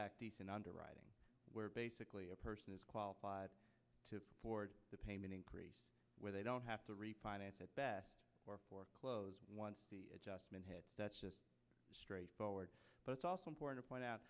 back decent underwriting where basically a person is qualified to afford the payment increase where they don't have to refinance at best or for close one adjustment head that's just straight forward but it's also important to point out